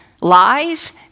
Lies